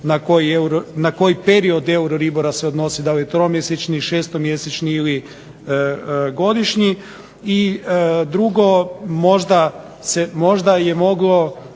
na koji period …/Ne razumije se./… se odnosi, da li tromjesečni, šestomjesečni ili godišnji. I drugo, možda je moglo